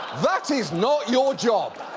that is not your job.